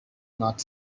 not